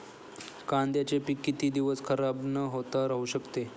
कांद्याचे पीक किती दिवस खराब न होता राहू शकते?